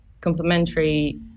complementary